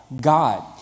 God